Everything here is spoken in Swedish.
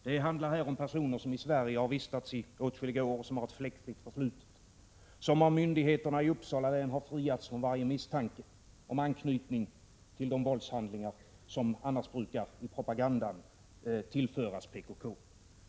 Det handlar här om personer som har vistats i Sverige i åtskilliga år, som har ett fläckfritt förflutet, som av myndigheterna i Uppsala län har friats från varje misstanke om anknytning till de våldshandlingar som annars i propagandan brukar tillföras PKK.